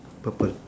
purple